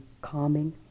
calming